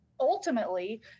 ultimately